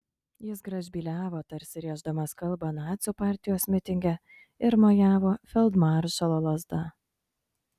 jis gražbyliavo tarsi rėždamas kalbą nacių partijos mitinge ir mojavo feldmaršalo lazda